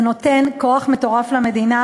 זה נותן כוח מטורף למדינה,